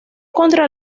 contra